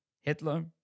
Hitler